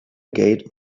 gate